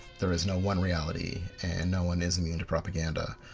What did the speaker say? there is no one reality and no one is immune to propaganda.